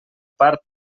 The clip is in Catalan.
part